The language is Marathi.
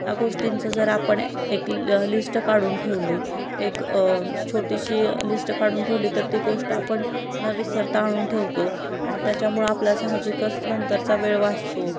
ह्या गोष्टींचं जर आपण एक ल्य लिस्ट काढून ठेवली एक छोटीशी लिस्ट काढून ठेवली तर ती गोष्ट आपण न विसरता आणून ठेवतो आणि त्याच्यामुळं आपला साहजिकच नंतरचा वेळ वाचतो